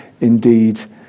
indeed